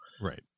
Right